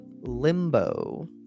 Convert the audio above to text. Limbo